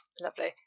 Lovely